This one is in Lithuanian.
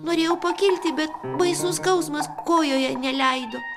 norėjau pakilti bet baisus skausmas kojoje neleido